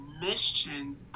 mission